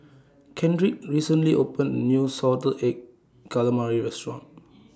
Kendrick recently opened A New Salted Egg Calamari Restaurant